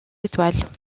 étoiles